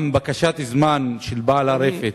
גם בקשת זמן של בעל הרפת,